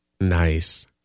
Nice